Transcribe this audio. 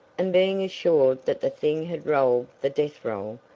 and being assured that the thing had rolled the death roll,